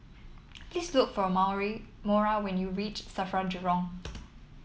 please look for Maura when you reach Safra Jurong